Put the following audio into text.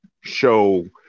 show